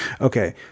Okay